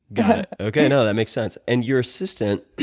okay, no, that makes sense. and your assistant,